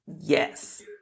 Yes